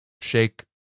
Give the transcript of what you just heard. shake